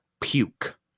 puke